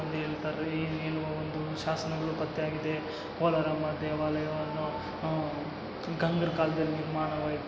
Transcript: ಅಂತ ಹೇಳ್ತರೆ ಏನು ಒಂದು ಶಾಸನಗಳು ಪತ್ತೆಯಾಗಿದೆ ಕೋಲಾರಮ್ಮ ದೇವಾಲಯವನ್ನು ಗಂಗರ ಕಾಲ್ದಲ್ಲಿ ನಿರ್ಮಾಣವಾಯಿತು